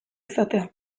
izatea